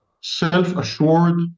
self-assured